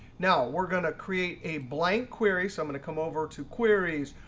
now we're going to create a blank query, so i'm going to come over to queries.